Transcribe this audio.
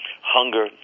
hunger